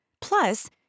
Plus